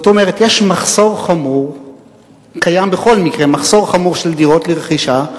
כלומר קיים בכל מקרה מחסור חמור של דירות לרכישה,